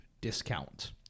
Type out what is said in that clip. discount